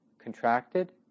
contracted